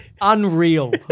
unreal